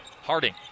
Harding